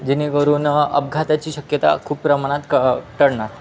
जेणेकरून अपघाताची शक्यता खूप प्रमाणात क टळणार